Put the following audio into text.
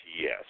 yes